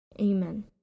Amen